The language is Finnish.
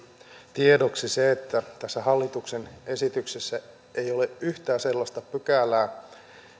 tiedoksi se että tässä hallituksen esityksessä ei ole yhtään sellaista pykälää